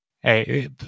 hey